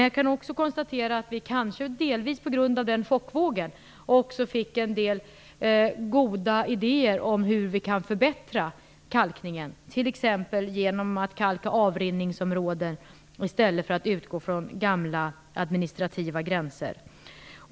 Jag kan också konstatera att vi kanske delvis på grund av den chockvågen också fick en del goda idéer om hur vi kan förbättra kalkningen, t.ex. genom att kalka avrinningsområden i stället för att utgå från gamla administrativa gränser.